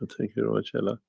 thank you very much ella.